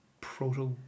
proto